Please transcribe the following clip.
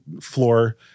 floor